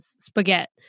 spaghetti